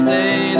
Stay